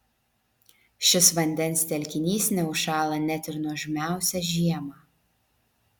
šis vandens telkinys neužšąla net ir nuožmiausią žiemą